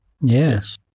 Yes